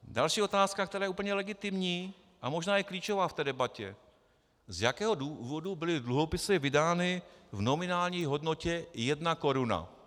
Další otázka, která je úplně legitimní a možná klíčová v té debatě: Z jakého důvodu byly dluhopisy vydány v nominální hodnotě jedna koruna?